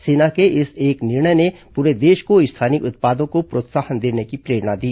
सेना के इस एक निर्णय ने पूरे देश को स्थानीय उत्पादों को प्रोत्साहन देने की प्रेरणा दी